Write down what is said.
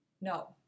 no